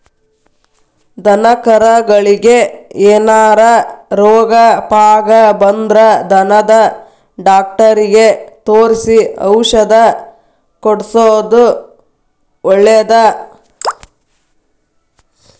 ದನಕರಗಳಿಗೆ ಏನಾರ ರೋಗ ಪಾಗ ಬಂದ್ರ ದನದ ಡಾಕ್ಟರಿಗೆ ತೋರಿಸಿ ಔಷಧ ಕೊಡ್ಸೋದು ಒಳ್ಳೆದ